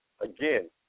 Again